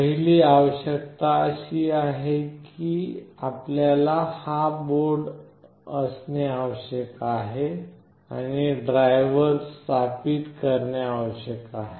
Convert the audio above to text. पहिली आवश्यकता अशी आहे की आपल्याकडे हा बोर्ड असणे आवश्यक आहे आणि ड्रायव्हर स्थापित करणे आवश्यक आहे